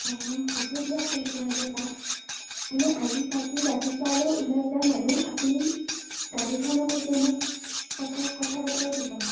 অঁ হ'ব দিয়ক তেতিয়াহ'লে বা মানে আজি থাকি ৰাতিপুৱালৈ ওলাই যাম আৰু আপুনি গাড়ীখনত এতিয়া মোক কথা কথা পতাই দিব